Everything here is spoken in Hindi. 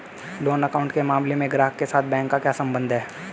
लोन अकाउंट के मामले में ग्राहक के साथ बैंक का क्या संबंध है?